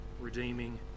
redeeming